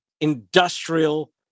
industrial